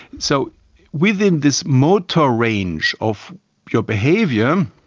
so within this motor range of your behaviour,